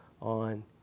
on